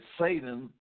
Satan